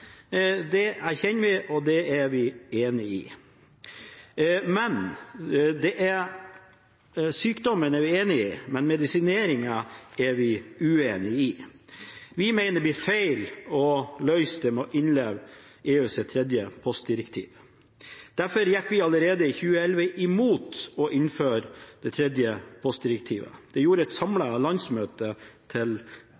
Det erkjenner vi, og det er vi enige om. Sykdommen er vi enige om, men medisineringen er vi uenige om. Vi mener det blir feil å løse dette med å innlemme EUs tredje postdirektiv. Derfor gikk vi allerede i 2011 imot å innføre det tredje postdirektivet. Det gjorde et